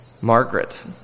Margaret